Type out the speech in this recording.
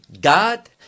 god